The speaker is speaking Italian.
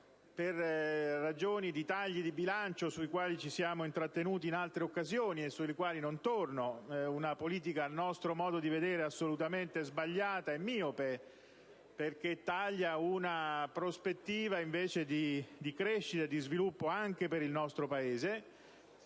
per ragioni di tagli di bilancio sui quali ci siamo intrattenuti in altre occasioni e su cui pertanto non torno (una politica, a nostro modo di vedere, assolutamente sbagliata e miope perché taglia una prospettiva invece di prevederne una di crescita e di sviluppo anche per il nostro Paese),